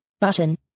button